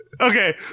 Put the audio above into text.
Okay